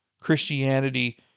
Christianity